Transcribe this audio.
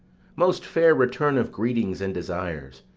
most fair return of greetings and desires.